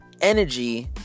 energy